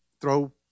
throw